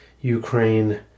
Ukraine